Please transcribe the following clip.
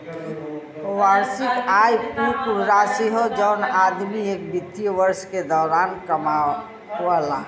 वार्षिक आय उ कुल राशि हौ जौन आदमी एक वित्तीय वर्ष के दौरान कमावला